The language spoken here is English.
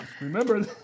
remember